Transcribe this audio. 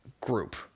group